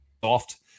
soft